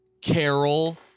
Carol